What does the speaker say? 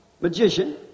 magician